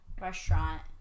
restaurant